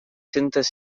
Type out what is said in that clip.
centes